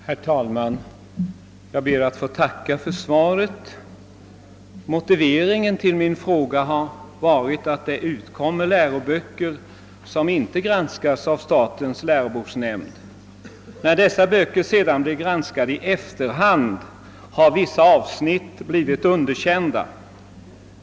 Herr talman! Jag ber att få tacka för svaret. Anledningen till att jag ställt frågan är att det utkommer läroböcker som inte granskats av statens läroboksnämnd. När dessa böcker sedan blir granskade i efterhand har vissa avsnitt blivit underkända.